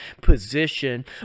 position